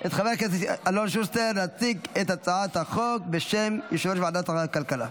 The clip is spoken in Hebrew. את חבר הכנסת אלון שוסטר להציג את הצעת החוק בשם יושב-ראש ועדת הכלכלה.